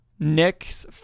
Nick's